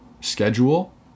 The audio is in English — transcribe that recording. schedule